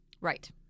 Right